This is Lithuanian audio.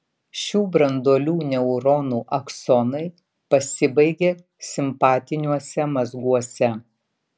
šių branduolių neuronų aksonai pasibaigia simpatiniuose mazguose